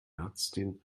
ärztin